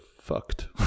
fucked